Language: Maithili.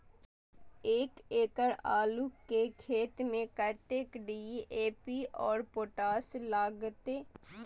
एक एकड़ आलू के खेत में कतेक डी.ए.पी और पोटाश लागते?